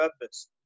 purpose